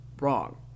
wrong